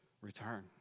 Return